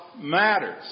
matters